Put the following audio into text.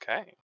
Okay